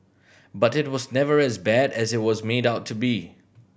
but it was never as bad as it was made out to be